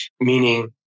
Meaning